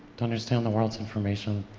to understand the world's information,